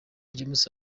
james